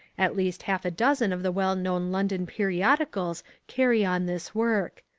at least half a dozen of the well-known london periodicals carry on this work.